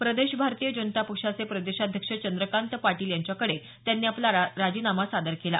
प्रदेश भारतीय जनता पक्षाचे प्रदेशाध्यक्ष चंद्रकांत पाटील यांच्याकडे त्यांनी आपला राजीनामा सादर केला